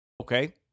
Okay